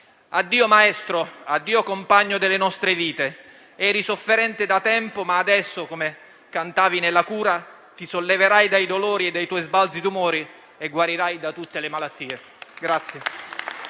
Addio maestro, addio compagno delle nostre vite. Eri sofferente da tempo, ma adesso, come cantavi ne «La cura», ti solleverai dai dolori e dai tuoi sbalzi d'umore e guarirai da tutte le malattie.